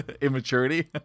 Immaturity